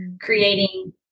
creating